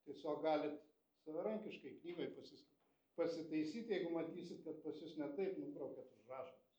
tiesiog galit savarankiškai knygoj pasis pasitaisyt jeigu matysit kad pas jus ne taip nubraukiat užrašot